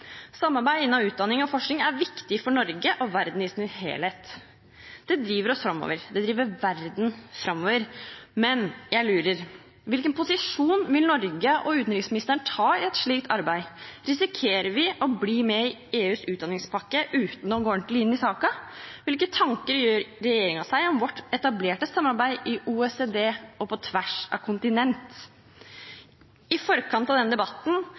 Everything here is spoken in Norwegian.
Samarbeid innen utdanning og forskning er viktig for Norge og verden i sin helhet. Det driver oss framover, det driver verden framover. Men jeg lurer på: Hvilken posisjon vil Norge og utenriksministeren ta i et slikt arbeid? Risikerer vi å bli med i EUs utdanningspakke uten å gå ordentlig inn i saken? Hvilke tanker gjør regjeringen seg om vårt etablerte samarbeid i OECD og på tvers av kontinent? I forkant av den debatten